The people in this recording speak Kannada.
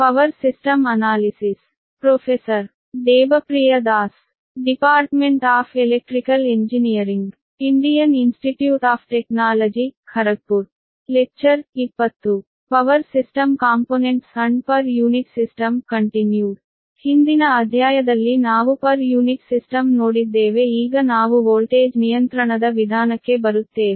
power system components and per unit system continued ಆದ್ದರಿಂದ ಹಿಂದಿನ ಅಧ್ಯಾಯದಲ್ಲಿ ನಾವು ಪರ್ ಯೂನಿಟ್ ಸಿಸ್ಟಮ್ ನೋಡಿದ್ದೇವೆ ಈಗ ನಾವು ವೋಲ್ಟೇಜ್ ನಿಯಂತ್ರಣದ ವಿಧಾನಕ್ಕೆ ಬರುತ್ತೇವೆ